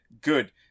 good